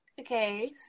Okay